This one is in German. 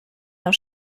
noch